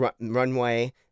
Runway